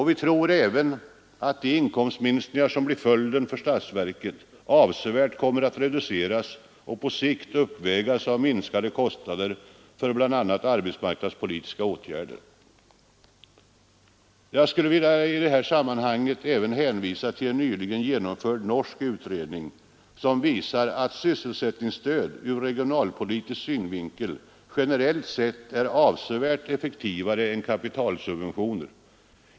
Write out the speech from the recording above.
Vi tror även att de inkomstminskningar som blir följden för statsverket avsevärt kommer att reduceras och på sikt uppvägas av minskade kostnader för bl.a. arbetsmarknadspolitiska åtgärder. Jag kan i detta sammanhang även hänvisa till en nyligen genomförd norsk utredning som visar att sysselsättningsstöd ur regionalpolitisk synvinkel generellt sett är avsevärt effektivare än kapitalsubventioner.